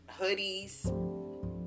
hoodies